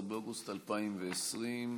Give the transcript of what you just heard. בבקשה.